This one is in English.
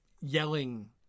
yelling